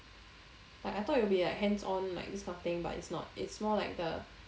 like I thought it'll be like hands on like this kind of thing but it's not it's more like the